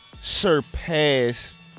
surpassed